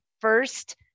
first